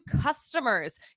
customers